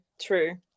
true